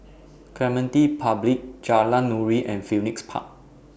Clementi Public Jalan Nuri and Phoenix Park